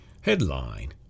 Headline